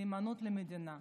נאמנות למדינה.